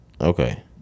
Okay